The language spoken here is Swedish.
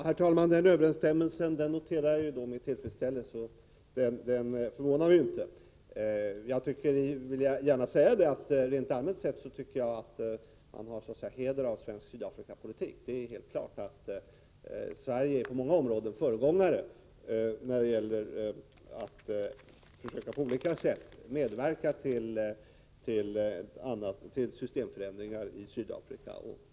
Herr talman! Det senaste som Mats Hellström sade, vilket inte förvånar mig, noterar jag med tillfredsställelse. Jag vill gärna säga att man rent allmänt har heder av svensk Sydafrikapolitik. Det är helt klart att Sverige på många områden är ett föregångsland när det gäller att på olika sätt försöka medverka till systemförändringar i Sydafrika.